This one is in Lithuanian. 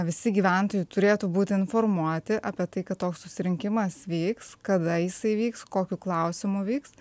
visi gyventojai turėtų būt informuoti apie tai kad toks susirinkimas vyks kada jisai vyks kokiu klausimu vyks